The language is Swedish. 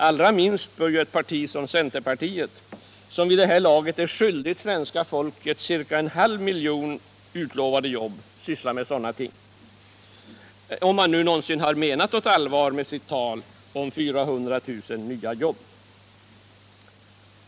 Allra minst bör ett parti som centerpartiet, som vid det här laget är skyldigt svenska folket ca en halv miljon utlovade jobb, syssla med sådant, om man nu någonsin menat allvar med sitt tal om 400 000 nya jobb.